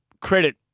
credit